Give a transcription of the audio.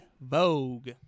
Vogue